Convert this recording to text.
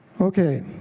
Okay